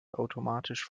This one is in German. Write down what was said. automatisch